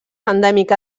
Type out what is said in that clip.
endèmica